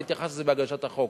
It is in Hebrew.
והתייחסתי לזה בהגשת החוק.